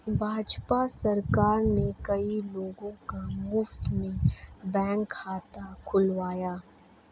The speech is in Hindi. भाजपा सरकार ने कई लोगों का मुफ्त में बैंक खाता खुलवाया